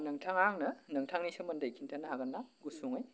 नोंथाङा आंनो नोंथांनि सोमोन्दै खिन्थानो हागोन ना गुसुङै